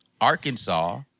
Arkansas